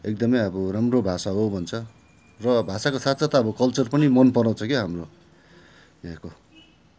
एकदमै अब राम्रो भाषा हो भन्छ र भाषाको साथसाथ अब कल्चर पनि मनपराउँछ क्याउ हाम्रो यहाँको